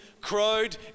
crowd